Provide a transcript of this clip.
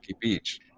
beach